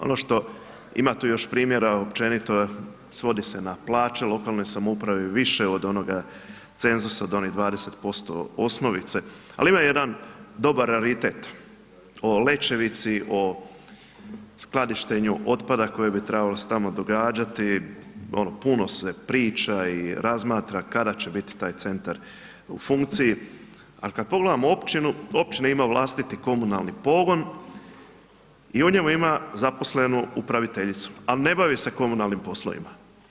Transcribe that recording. Ono što ima tu još primjera, općenito, svodi se na plaće lokalne samouprave, više od onoga cenzusa od onih 20% osnovice, ali ima jedan dobar raritet o Lećevici, o skladištenju otpada koje bi trebalo se tamo događati, puno se priča i razmatra kada će biti taj centar u funkciji, a kad pogledamo općinu, općina ima vlastiti komunalni pogon i u njemu ima zaposlenu upraviteljicu, ali ne bavi se komunalnim poslovima.